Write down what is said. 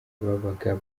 babaga